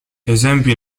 esempi